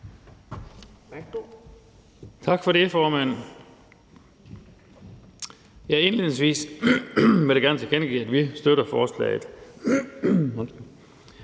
Tak for det, formand. Indledningsvis vil jeg gerne tilkendegive, at vi støtter forslaget.